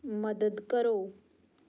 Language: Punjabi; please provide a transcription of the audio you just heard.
ਮਦਦ ਕਰੋ